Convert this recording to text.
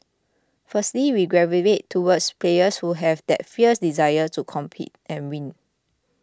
firstly we gravitate towards players who have that fierce desire to compete and win